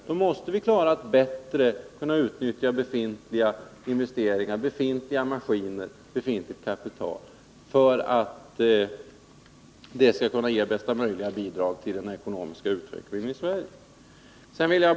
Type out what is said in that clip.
Då måste vi bättre utnyttja befintliga investeringar och maskiner för att ge bästa möjliga bidrag till den ekonomiska utvecklingen i Sverige.